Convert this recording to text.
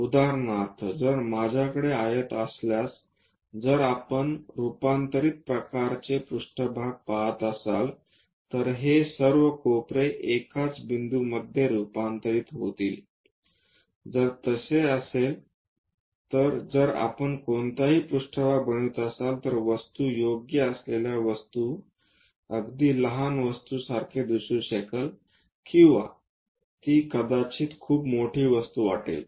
उदाहरणार्थ जर माझ्याकडे आयत असल्यास जर आपण रूपांतरित प्रकारचे पृष्ठभाग पाहत असाल तर हे सर्व कोपरे एकाच बिंदू मध्ये रूपांतरित होतील जर तसे असेल तर जर आपण कोणतेही पृष्ठभाग बनवित असाल तर वस्तू योग्य असलेल्या वस्तू अगदी लहान वस्तु सारखे दिसू शकेल किंवा ती कदाचित खूप मोठी वस्तू वाटेल